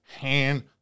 hand